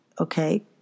okay